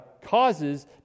causes